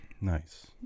Nice